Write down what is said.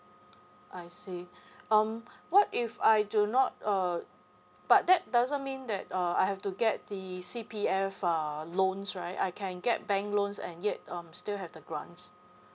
I see um what if I do not uh but that doesn't mean that uh I have to get the C_P_F uh loans right I can get bank loans and yet um still have the grants